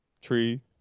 Tree